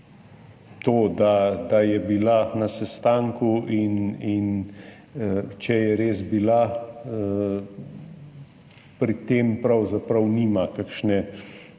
to, da je bila na sestanku, in če je res bila, pri tem pravzaprav nima kakšne